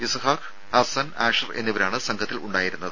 ഇസഹാക്ക് ഹസ്സൻ ആഷിർ എന്നിവരാണ് സംഘത്തിൽ ഉണ്ടായിരുന്നത്